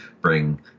bring